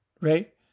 right